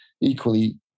equally